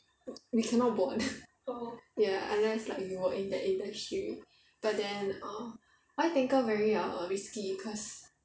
we cannot board ya unless you work in the industry but then err oil tanker very err risky cause